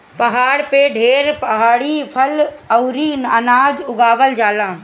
पहाड़ पे ढेर पहाड़ी फल अउरी अनाज उगावल जाला